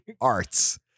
arts